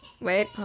wait